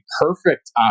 perfect